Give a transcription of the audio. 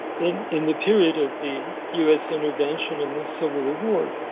in in the period of the u s. intervention in the civil war,